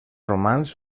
romans